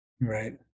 Right